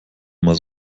immer